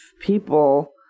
people